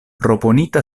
proponita